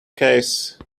case